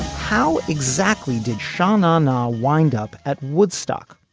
how exactly did shannon ah wind up at woodstock.